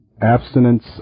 abstinence